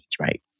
right